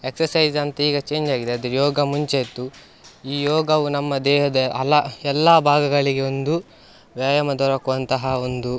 exercise ಅಂತೀಗ ಚೇಂಜಾಗಿದೆ ಅದು ಯೋಗ ಮುಂಚೆ ಇತ್ತು ಈ ಯೋಗವು ನಮ್ಮ ದೇಹದ ಹಲವು ಎಲ್ಲ ಭಾಗಗಳಿಗೆ ಒಂದು ವ್ಯಾಯಾಮ ದೊರಕುವಂತಹ ಒಂದು